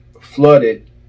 flooded